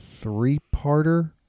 three-parter